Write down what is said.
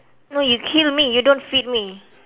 no you kill me you don't feed me